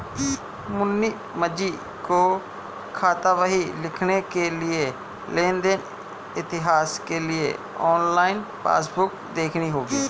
मुनीमजी को खातावाही लिखने के लिए लेन देन इतिहास के लिए ऑनलाइन पासबुक देखनी होगी